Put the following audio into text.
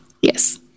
yes